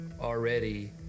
already